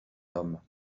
homme